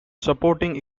supporting